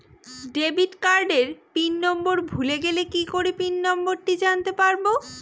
Debit কার্ডের pin number ভুলে গেলে কি করে পিন নম্বরটি জানতে পারবো?